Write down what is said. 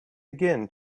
again